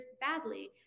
badly